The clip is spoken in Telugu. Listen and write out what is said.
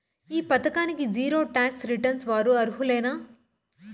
ఈ పథకానికి జీరో టాక్స్ రిటర్న్స్ వారు అర్హులేనా లేనా?